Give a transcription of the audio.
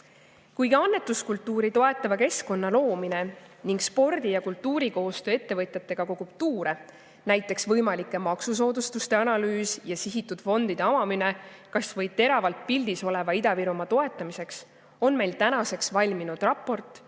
Kuigi annetuskultuuri toetava keskkonna loomine ning spordi ja kultuuri koostöö ettevõtjatega kogub tuure, näiteks võimalike maksusoodustuste analüüs ja sihitud fondide avamine kas või teravalt pildis oleva Ida-Virumaa toetamiseks, on meil tänaseks valminud raport